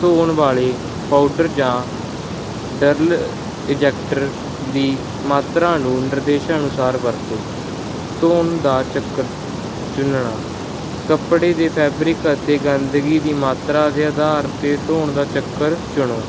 ਧੋਣ ਵਾਲੇ ਪਾਊਡਰ ਜਾਂ ਡਰਲ ਇਜੈਕਟਰ ਦੀ ਮਾਤਰਾ ਨੂੰ ਨਿਰਦੇਸ਼ਾਂ ਅਨੁਸਾਰ ਵਰਤੋ ਧੋਣ ਦਾ ਚੱਕਰ ਚੁਣਨਾ ਕੱਪੜੇ ਦਾ ਫੈਬਰਿਕ ਅਤੇ ਗੰਦਗੀ ਦੀ ਮਾਤਰਾ ਦੇ ਆਧਾਰ 'ਤੇ ਧੋਣ ਦਾ ਚੱਕਰ ਚੁਣੋ